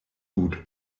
gut